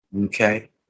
okay